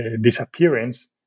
disappearance